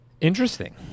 Interesting